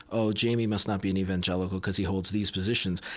oh, jamie must not be an evangelical because he holds these positions.